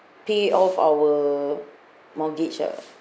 pay off our mortgage ah